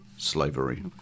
Slavery